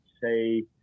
say